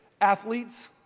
Athletes